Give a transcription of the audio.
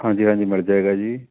ਹਾਂਜੀ ਹਾਂਜੀ ਮਿਲ ਜਾਵੇਗਾ ਜੀ